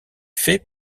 fait